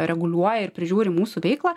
reguliuoja ir prižiūri mūsų veiklą